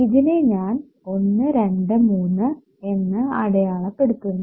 ഇതിനെ ഞാൻ 1 2 3 എന്ന് അടയാളപെടുത്തുന്നു